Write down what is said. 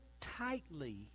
tightly